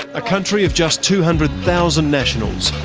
a country of just two hundred thousand nationals,